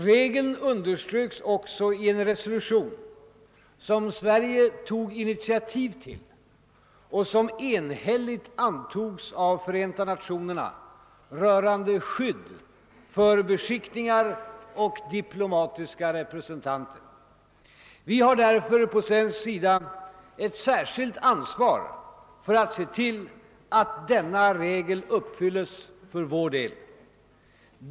Regeln underströks också i en resolution, som Sverige tog initiativ till och som enhälligt antogs av FN rörande skydd för beskickningar och diplomatiska repre sentanter. Vi har därför på svensk sida ett särskilt ansvar för att se till att denna regel uppfylles för vår del.